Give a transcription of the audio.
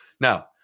Now